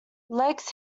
legs